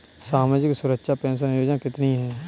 सामाजिक सुरक्षा पेंशन योजना कितनी हैं?